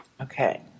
Okay